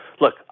Look